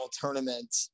tournament